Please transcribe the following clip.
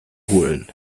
holen